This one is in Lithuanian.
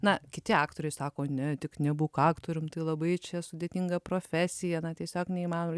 na kiti aktoriai sako ne tik nebūk aktorium tai labai čia sudėtinga profesija tiesiog neįmanoma